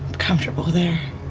comfortable there.